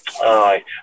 Aye